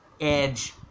edge